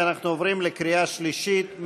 ואנחנו עוברים לקריאה שלישית.